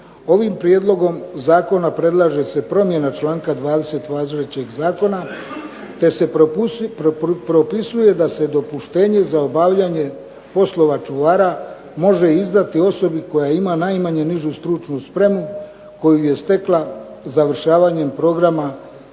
ovim prijedlogom zakona predlaže se promjena članka 20. važećeg zakona te se propisuje da se dopuštenje za obavljanje poslova čuvara može izdati osobi koja ima najmanje nižu stručnu spremu koju je stekla završavanjem programa